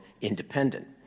independent